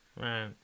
Right